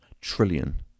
trillion